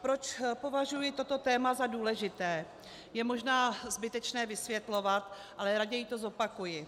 Proč považuji toto téma za důležité, je možná zbytečné vysvětlovat, ale raději to zopakuji.